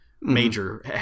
major